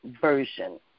Version